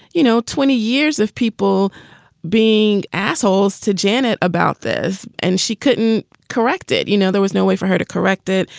you know, twenty years of people being assholes to janet about this, and she couldn't correct it. you know, there was no way for her to correct it.